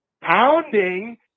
pounding